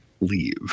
leave